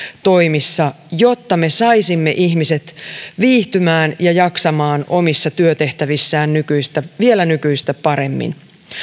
toimissa jotta me saisimme ihmiset viihtymään ja jaksamaan omissa työtehtävissään vielä nykyistä paremmin